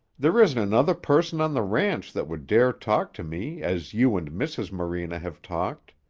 there isn't another person on the ranch that would dare talk to me as you and mrs. morena have talked.